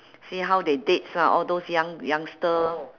see how they dates lah all those young youngster